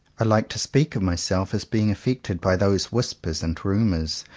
i like to speak of myself as being affected by those whispers and ru mours,